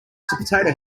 potato